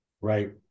Right